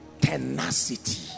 tenacity